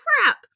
crap